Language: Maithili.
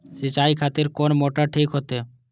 सीचाई खातिर कोन मोटर ठीक होते?